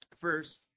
First